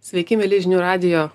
sveiki mieli žinių radijo